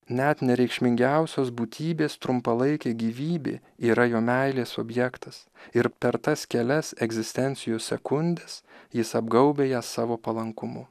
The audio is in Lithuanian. net nereikšmingiausios būtybės trumpalaikė gyvybė yra jo meilės objektas ir per tas kelias egzistencijos sekundes jis apgaubia ją savo palankumu